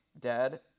dad